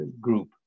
group